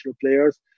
players